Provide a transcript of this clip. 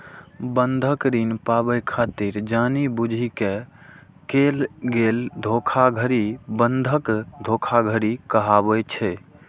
बंधक ऋण पाबै खातिर जानि बूझि कें कैल गेल धोखाधड़ी बंधक धोखाधड़ी कहाबै छै